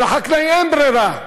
ולחקלאי אין ברירה,